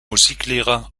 musiklehrer